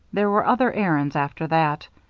there were other errands after that.